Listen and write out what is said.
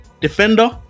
defender